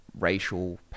racial